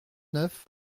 neuf